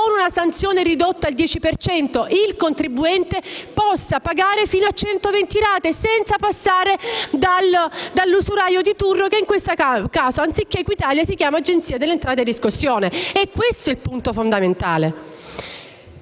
con una sanzione ridotta del 10 per cento, il contribuente possa pagare fino a 120 rate, senza passare dall'usuraio di turno, che in questo caso, anziché Equitalia si chiama Agenzia delle entrate riscossione. È questo il punto fondamentale.